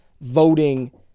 voting